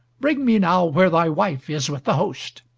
bring me now where thy wife is with the host.